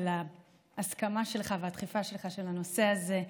על ההסכמה שלך והדחיפה שלך את הנושא הזה.